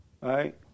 right